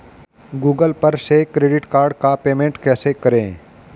Google पर से credit card का पेमेंट कैसे करें?